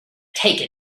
taken